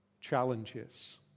challenges